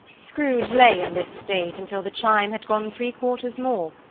scrooge lay in this state until the chime had gone three quarters more,